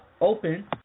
open